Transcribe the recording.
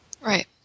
Right